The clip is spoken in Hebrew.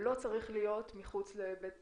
לא צריך להיות מחוץ לבית